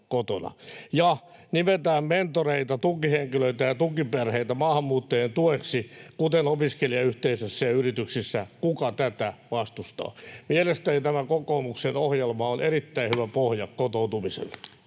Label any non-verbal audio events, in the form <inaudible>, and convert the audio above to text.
Nimetään mentoreita, tukihenkilöitä ja tukiperheitä maahanmuuttajien tueksi, kuten opiskelijayhteisöissä ja yrityksissä. Kuka tätä vastustaa? Mielestäni tämä kokoomuksen ohjelma on <noise> erittäin hyvä pohja kotoutumiselle.